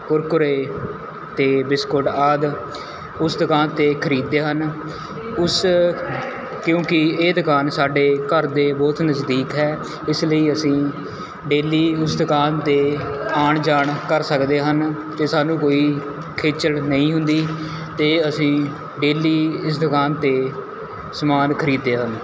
ਕੁਰਕੂਰੇ ਅਤੇ ਬਿਸਕੁਟ ਆਦਿ ਉਸ ਦੁਕਾਨ 'ਤੇ ਖਰੀਦਦੇ ਹਨ ਉਸ ਕਿਉਂਕਿ ਇਹ ਦੁਕਾਨ ਸਾਡੇ ਘਰ ਦੇ ਬਹੁਤ ਨਜ਼ਦੀਕ ਹੈ ਇਸ ਲਈ ਅਸੀਂ ਡੇਲੀ ਉਸ ਦੁਕਾਨ 'ਤੇ ਆਉਣ ਜਾਣ ਕਰ ਸਕਦੇ ਹਨ ਅਤੇ ਸਾਨੂੰ ਕੋਈ ਖ਼ੇਚਲ ਨਹੀਂ ਹੁੰਦੀ ਅਤੇ ਅਸੀਂ ਡੇਲੀ ਇਸ ਦੁਕਾਨ 'ਤੇੇੇੇੇੇੇ ਸਮਾਨ ਖਰੀਦਦੇ ਹਨ